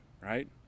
Right